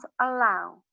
allow